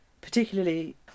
particularly